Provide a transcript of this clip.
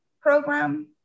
program